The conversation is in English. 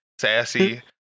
sassy